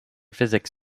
physics